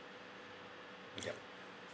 ya